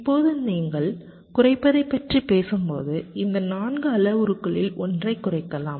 இப்போது நீங்கள் குறைப்பதைப் பற்றி பேசும்போது இந்த 4 அளவுருக்களில் ஒன்றை குறைக்கலாம்